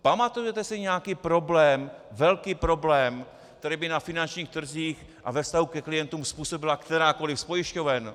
Pamatujete si nějaký problém, velký problém, který by na finančních trzích a ve vztahu ke klientům způsobila kterákoli z pojišťoven?